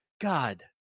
God